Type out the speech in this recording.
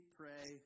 pray